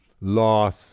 loss